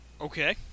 Okay